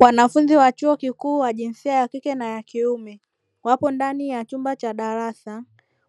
Wanafunzi wa chuo kikuu wa jinsia ya kike na ya kiume wapo ndani ya chumba cha darasa.